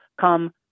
come